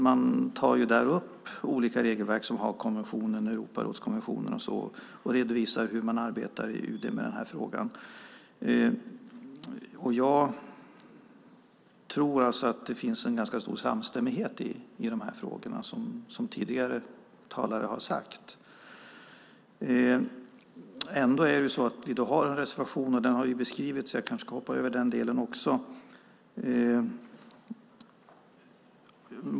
Man tar där upp olika regelverk som Haagkonventionen och Europarådskonventionen och redovisar hur man arbetar i UD med den här frågan. Jag tror att det finns en ganska stor samstämmighet i de här frågorna, som tidigare talare har sagt. Ändå har vi då en reservation. Den har beskrivits, så jag kanske ska hoppa över den delen också.